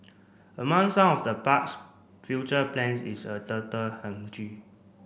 among some of the park's future plans is a turtle